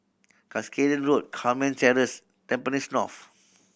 Cuscaden Road Carmen Terrace Tampines North